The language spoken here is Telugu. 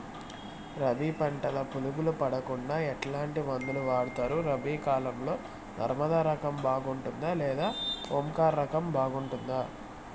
రబి పంటల పులుగులు పడకుండా ఎట్లాంటి మందులు వాడుతారు? రబీ కాలం లో నర్మదా రకం బాగుంటుందా లేదా ఓంకార్ రకం బాగుంటుందా?